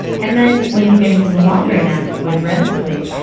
and then when you get into longer naps with rem sleep,